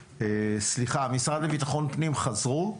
סליחה, משרד לביטחון פנים חזרו?